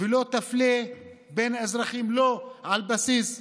ולא תפלה בין האזרחים לא על בסיס גזע,